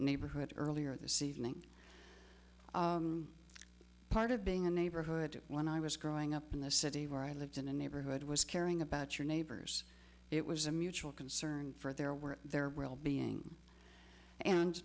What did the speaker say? neighborhood earlier this evening part of being a neighborhood when i was growing up in the city where i lived in a neighborhood was caring about your neighbors it was a mutual concern for their work their well being and